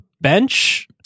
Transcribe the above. bench